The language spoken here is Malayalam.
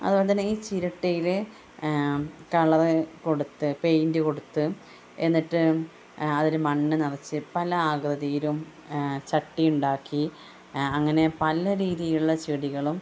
അതുപോലെതന്നെ ഈ ചിരട്ടയില് കളർ കൊടുത്ത് പെയിൻറ്റ് കൊടുത്ത് എന്നിട്ട് അതിൽ മണ്ണ് നിറച്ച് പല ആകൃതിയിലും ചട്ടി ഉണ്ടാക്കി അങ്ങനെ പല രീതിയിലുള്ള ചെടികളും